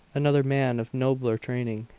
another man, of nobler training,